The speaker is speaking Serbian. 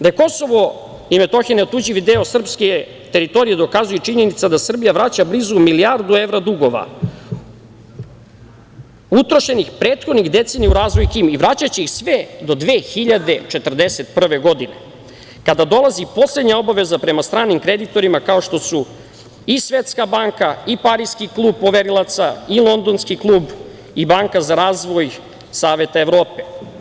Da je Kosovo i Metohija neotuđivi deo srpske teritorije dokazuje i činjenica da Srbija vraća blizu milijardu evra dugova utrošenih prethodnih decenija u razvoj KiM i vraćaće ih sve do 2041. godine, kada dolazi poslednja obaveza prema stranim kreditorima, kao što su i Svetska banka i Pariski klub poverilaca i Londonski klub i Banka za razvoj Saveta Evrope.